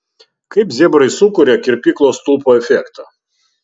kaip zebrai sukuria kirpyklos stulpo efektą